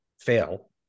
Fail